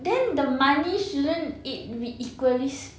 then the money shouldn't it be equal s~